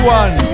one